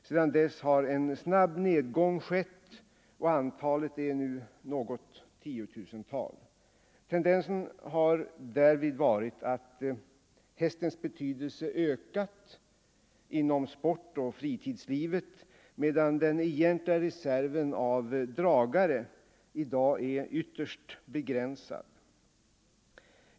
Sedan dess har en snabb nedgång skett, och antalet är nu något 10 000-tal. Tendensen har därvid varit att hästens betydelse ökat inom sportoch fritidslivet, medan den egentliga reserven av dragare är ytterst begränsad.